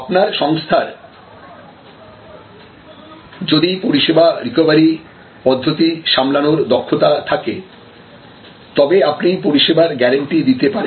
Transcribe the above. আপনার সংস্থার যদি পরিষেবা রিকভারি পদ্ধতি সামলানোর দক্ষতা থাকে তবে আপনি পরিষেবার গ্যারান্টি দিতে পারেন